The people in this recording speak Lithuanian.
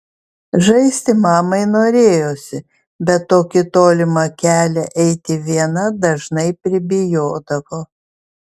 žaisti mamai norėjosi bet tokį tolimą kelią eiti viena dažnai pribijodavo